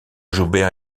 joubert